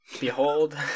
Behold